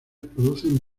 producen